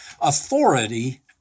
authority